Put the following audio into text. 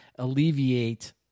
alleviate